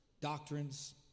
doctrines